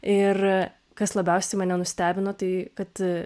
ir kas labiausiai mane nustebino tai kad